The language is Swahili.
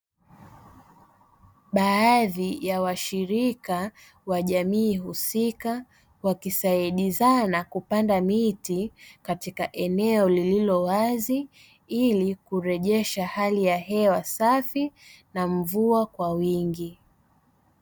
Baadhi ya washirika wa jamii husika wakisaidizana kupanda miti katika eneo lililowazi ili kurejesha hali ya hewa safi na mvua kwa nyingi.